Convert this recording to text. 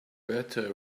better